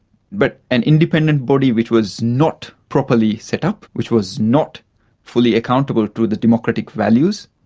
but an independent body which was not properly set up, which was not fully accountable to the democratic values,